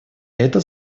эта